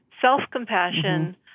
self-compassion